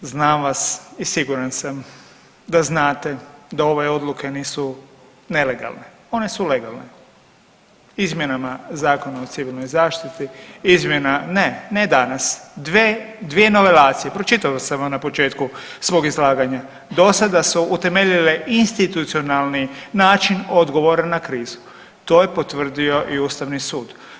Znam vas i siguran sam da znate da ove odluke nisu nelegalne, one su legalne, izmjenama Zakona o civilnoj zaštiti, izmjena, ne, ne danas, dvije novelacije, pročitao sam vam na početku svog izlaganja, do sada su utemeljile institucionalni način odgovora na krizu to je potvrdio i Ustavni sud.